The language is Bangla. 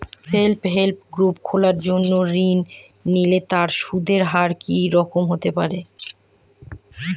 সেল্ফ হেল্প গ্রুপ খোলার জন্য ঋণ নিলে তার সুদের হার কি রকম হতে পারে?